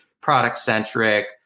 product-centric